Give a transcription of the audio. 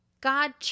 God